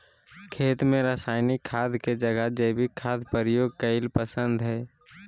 खेत में रासायनिक खाद के जगह जैविक खाद प्रयोग कईल पसंद हई